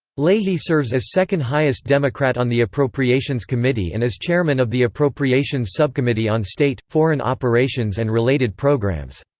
leahy serves as second-highest democrat on the appropriations committee and as chairman of the appropriations subcommittee on state, foreign operations and related programs.